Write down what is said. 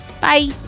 Bye